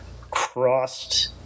crossed